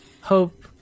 Hope